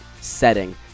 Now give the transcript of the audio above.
setting